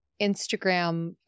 Instagram